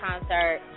concert